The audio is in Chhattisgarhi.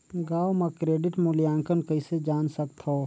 गांव म क्रेडिट मूल्यांकन कइसे जान सकथव?